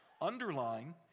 underline